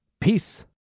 Peace